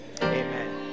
Amen